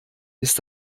ist